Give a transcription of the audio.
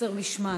חוסר משמעת.